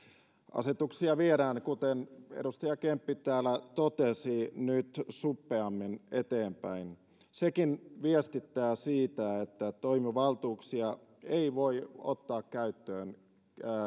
asetuksia viedään kuten edustaja kemppi täällä totesi nyt suppeammin eteenpäin sekin viestittää siitä että toimivaltuuksia ei voi ottaa käyttöön